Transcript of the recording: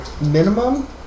minimum